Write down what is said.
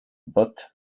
booked